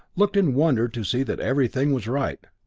looked in wonder to see that everything was right.